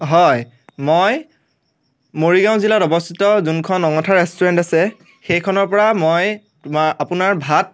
হয় মই মৰিগাঁও জিলাত অৱস্থিত যোনখন অঙঠা ৰেষ্টুৰেণ্ট আছে সেইখনৰপৰা মই তোমাৰ আপোনাৰ ভাত